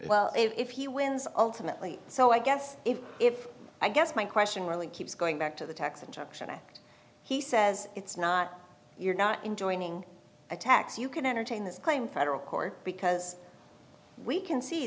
well if he wins ultimately so i guess if i guess my question really keeps going back to the tax injunction act he says it's not you're not in joining a tax you can entertain this claim federal court because we can see